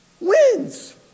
Wins